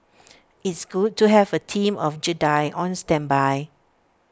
it's good to have A team of Jedi on standby